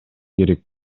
керек